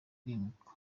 kwimuka